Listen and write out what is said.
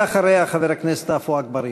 ואחריה חבר הכנסת עפו אגבאריה.